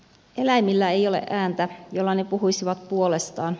eläimillä ei ole ääntä jolla ne puhuisivat puolestaan